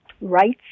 rights